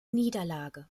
niederlage